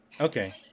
Okay